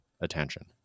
attention